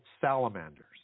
salamanders